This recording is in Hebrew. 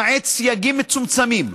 למעט סייגים מצומצמים,